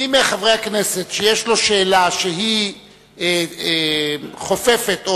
מי מחברי הכנסת שיש לו שאלה שהיא חופפת או